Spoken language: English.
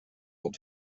old